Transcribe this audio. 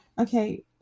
Okay